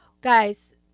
Guys